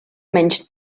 menys